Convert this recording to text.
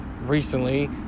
recently